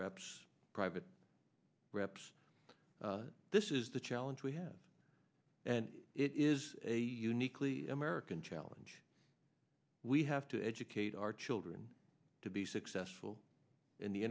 reps private reps this is the challenge we have and it is a uniquely american challenge we have to educate our children to be successful in the